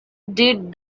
did